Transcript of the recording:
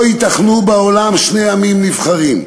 לא ייתכנו בעולם שני עמים נבחרים.